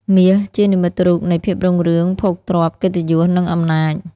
មាស ជានិមិត្តរូបនៃ ភាពរុងរឿង ភោគទ្រព្យ កិត្តិយស និងអំណាច។